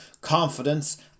confidence